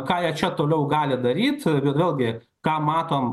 ką jie čia toliau gali daryt vėlgi ką matom